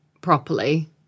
properly